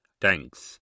Thanks